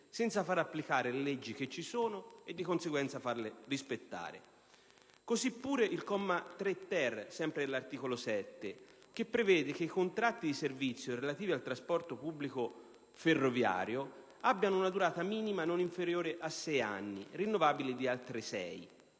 senza far applicare le leggi che ci sono e, di conseguenza, farle rispettare. Così pure il comma 3-*ter* dell'articolo 7 che prevede che i contratti di servizio relativi al trasporto pubblico ferroviario abbiano una durata minima non inferiore ai sei anni, rinnovabili di altri sei;